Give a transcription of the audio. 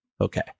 Okay